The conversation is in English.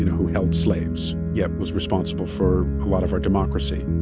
who held slaves yet was responsible for a lot of our democracy.